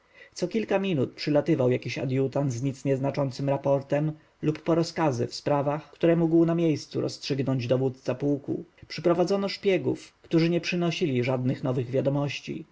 kilka minut przylatywał jakiś adjutant z nic nie znaczącym raportem lub po rozkazy w sprawach które mógł na miejscu rozstrzygnąć dowódca pułku przyprowadzono szpiegów którzy nie przynosili żadnych nowych wiadomości